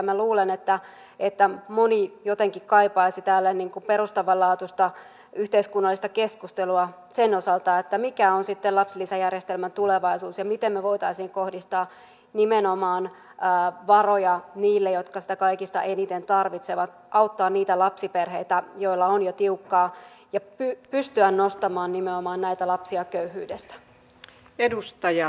minä luulen että moni jotenkin kaipaisi täällä perustavanlaatuista yhteiskunnallista keskustelua sen osalta että mikä on sitten lapsilisäjärjestelmän tulevaisuus ja miten me voisimme kohdistaa varoja nimenomaan niille jotka niitä kaikista eniten tarvitsevat auttaa niitä lapsiperheitä joilla on jo tiukkaa ja pystyisimme nostamaan nimenomaan näitä lapsia köyhyydestä